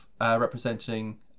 representing